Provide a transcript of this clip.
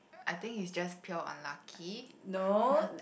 I think it's just pure unlucky